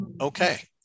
Okay